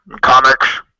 comics